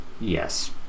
Yes